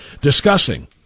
discussing